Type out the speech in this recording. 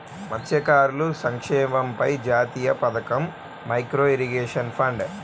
మత్స్యకారుల సంక్షేమంపై జాతీయ పథకం, మైక్రో ఇరిగేషన్ ఫండ్